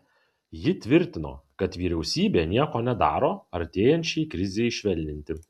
ji tvirtino kad vyriausybė nieko nedaro artėjančiai krizei švelninti